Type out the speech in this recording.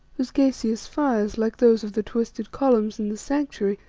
whose gaseous fires, like those of the twisted columns in the sanctuary,